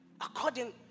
according